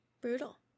Brutal